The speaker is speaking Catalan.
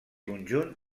conjunt